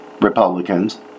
Republicans